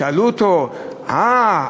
שאלו אותו: אה,